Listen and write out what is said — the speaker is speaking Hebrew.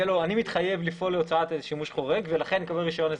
אני מתחייב לפעול להוצאת שימוש חורג ולכן יש רישיון,